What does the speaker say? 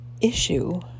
issue